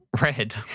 red